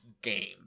game